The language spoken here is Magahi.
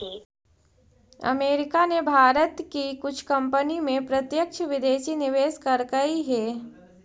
अमेरिका ने भारत की कुछ कंपनी में प्रत्यक्ष विदेशी निवेश करकई हे